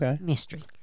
mystery